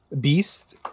Beast